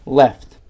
left